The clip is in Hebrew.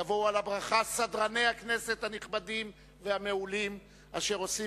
יבואו על הברכה סדרני הכנסת הנכבדים והמעולים אשר עושים